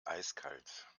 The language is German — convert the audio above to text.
eiskalt